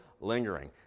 lingering